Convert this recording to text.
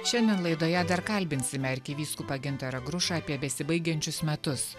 šiandien laidoje dar kalbinsime arkivyskupą gintarą grušą apie besibaigiančius metus